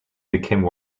became